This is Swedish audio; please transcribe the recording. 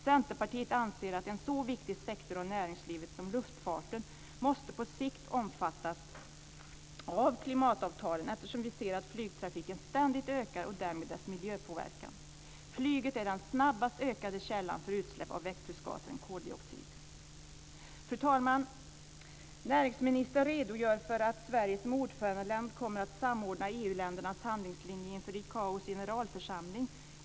Centerpartiet anser att en så viktig sektor av näringslivet som luftfarten på sikt måste omfattas av klimatavtalen, eftersom vi ser att flygtrafiken, och därmed dess miljöpåverkan, ständigt ökar. Flyget är den snabbast ökande källan till utsläpp av växthusgasen koldioxid. Fru talman! Näringsministern redogör för att Sverige som ordförandeland kommer att samordna EU ländernas handlingslinje inför ICAO:s generalförsamling.